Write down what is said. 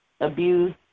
abuse